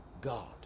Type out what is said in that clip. God